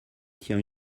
tient